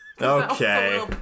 Okay